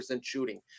shooting